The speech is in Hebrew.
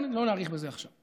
לא נאריך בזה עכשיו.